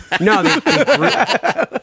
No